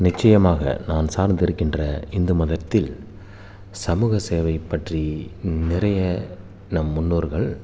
நிச்சயமாக நான் சார்ந்திருக்கின்ற இந்து மதத்தில் சமூகசேவை பற்றி நிறைய நம் முன்னோர்கள்